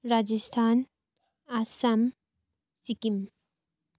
Rajasthan Assam Sikkim